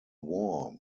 war